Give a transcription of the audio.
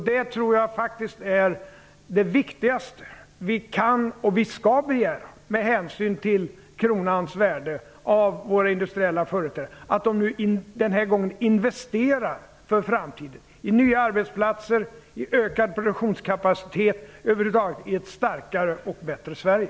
Det tror jag faktiskt är det viktigaste vi med hänsyn till kronans värde kan och skall begära av våra industriella företrädare, dvs. att de denna gång investerar för framtiden - i nya arbetsplatser, i ökad produktionskapacitet och över huvud taget i ett starkare och bättre Sverige.